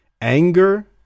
Anger